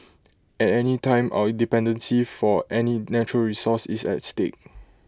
at any time our dependency for any natural resource is at stake